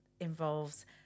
involves